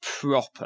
proper